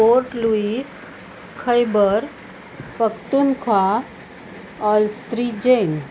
fort Lewis Khyber Pakhtunkhwa ऑल्स्त्रीजेन